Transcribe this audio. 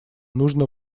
нужно